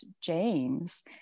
James